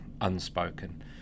unspoken